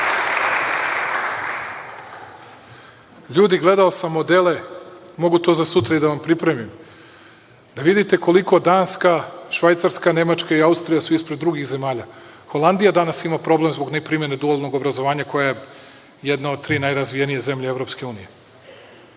radi. Ljudi gledao sam modele, mogu to za sutra i da vam pripremim, da vidite koliko Danska, Švajcarska, Nemačka i Austrija su ispred drugih zemalja. Holandija danas ima problem zbog neprimene dualnog obrazovanja koja je jedna od tri najrazvijenije zemlje EU. Ako bismo